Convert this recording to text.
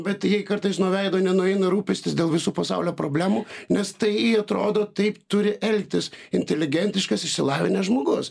bet jei kartais nuo veido nenueina rūpestis dėl visų pasaulio problemų nes tai atrodo taip turi elgtis inteligentiškas išsilavinęs žmogus